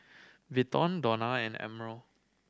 Vinton Donna and Admiral